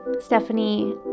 Stephanie